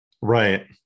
Right